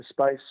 space